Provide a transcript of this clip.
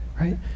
right